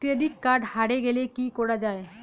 Credit card হারে গেলে কি করা য়ায়?